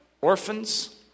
orphans